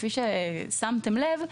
כפי ששמתם לב,